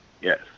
Yes